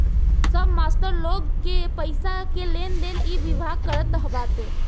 सब मास्टर लोग के पईसा के लेनदेन इ विभाग करत बाटे